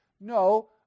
No